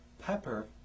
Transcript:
pepper